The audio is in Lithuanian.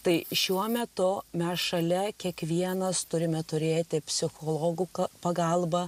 tai šiuo metu mes šalia kiekvienas turime turėti psichologų pagalbą